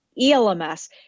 ELMS